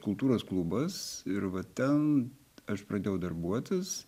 kultūros klubas ir va ten aš pradėjau darbuotis